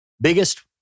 biggest